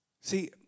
See